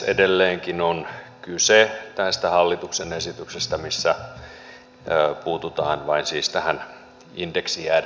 edelleenkin on kyse tästä hallituksen esityksestä missä puututaan vain siis tähän indeksijäädytykseen